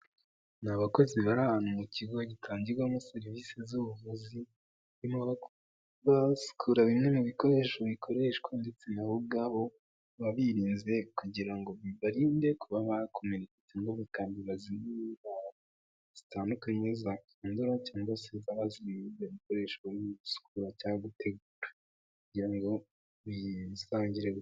Ni abakozi bari ahantu mu kigo gitangirwamo serivisi z'ubuvuzi bimozikura bimwe mu bikoresho bikoreshwa ndetse nabo ubwabo babiririnze kugira ngo bibarinde kuba ba batanga bazi zitandukanye zakundura cyangwa se abazikoreshwa musukura cyangwa gute kugira ngo bisangire.